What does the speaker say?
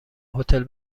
هتل